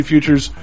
Futures